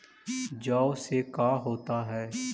जौ से का होता है?